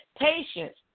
patience